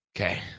Okay